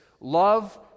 Love